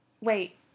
Wait